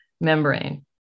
membrane